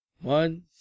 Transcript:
One